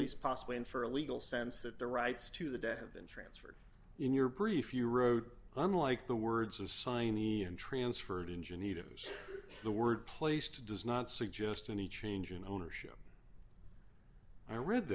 least possibly in for a legal sense that the rights to the debt have been transferred in your brief you wrote unlike the words assignee and transferred in geneva the word place to does not suggest any change in ownership i read